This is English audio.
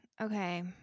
Okay